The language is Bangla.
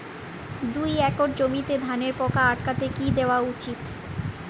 দুই একর জমিতে ধানের পোকা আটকাতে কি দেওয়া উচিৎ?